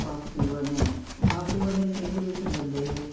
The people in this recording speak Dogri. बापू कन्ने बापू कन्ने छिंज दिक्खन जंदे हे